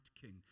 king